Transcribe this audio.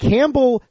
Campbell